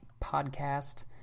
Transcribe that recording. podcast